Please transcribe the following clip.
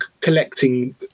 collecting